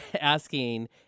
asking